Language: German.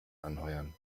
anheuern